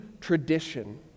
tradition